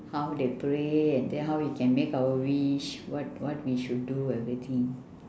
how they pray and then how we can make our wish what what we should do everything